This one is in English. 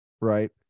right